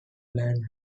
land